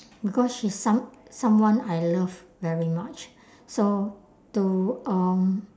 because she's some~ someone I love very much so to um